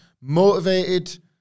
motivated